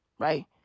Right